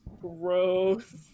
Gross